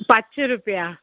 पांचशे रुपया